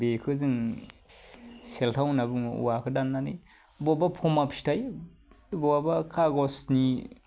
बेखौ जों सेलथाव होना बुङो औवाखौ दान्नानै बबा फमा फिथाइ बबा खाग'सनि